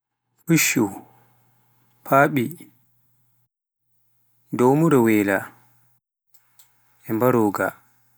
puccu, paaɓi, domruwela e mbaroga.